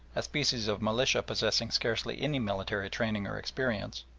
a species of militia possessing scarcely any military training or experience,